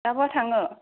ना बहा थांनो